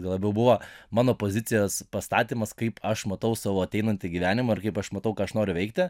gal labiau buvo mano pozicijos pastatymas kaip aš matau savo ateinantį gyvenimą ir kaip aš matau ką aš noriu veikti